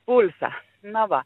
pulsą na va